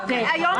כן.